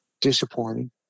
disappointing